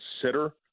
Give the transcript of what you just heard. consider